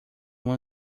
uma